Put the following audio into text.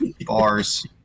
bars